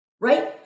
right